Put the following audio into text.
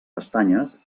pestanyes